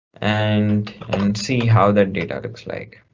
and see how the data looks like.